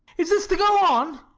is this to go on?